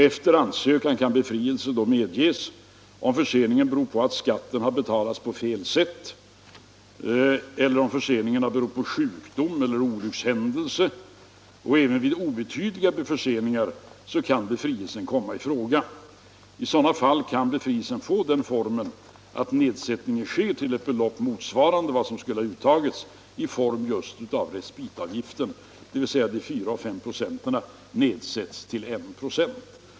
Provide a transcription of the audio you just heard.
Efter ansökan kan befrielse medges om förseningen beror på att skatten betalats på fel sätt eller om förseningen beror på sjukdom eller olyckshändelse. Även vid obetydliga förseningar kan befrielse komma i fråga. I sådana fall kan befrielsen få den formen att nedsättning sker till ett belopp som motsvarar vad som skulle ha uttagits i respitavgift, dvs. 4-5 96 nedsätts till 1 96.